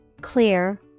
clear